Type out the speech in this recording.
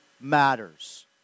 matters